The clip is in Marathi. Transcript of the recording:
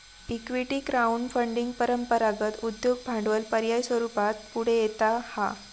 इक्विटी क्राउड फंडिंग परंपरागत उद्योग भांडवल पर्याय स्वरूपात पुढे येता हा